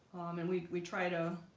and we we try to